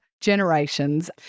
Generations